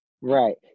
right